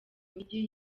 mujyi